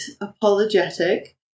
apologetic